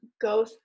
go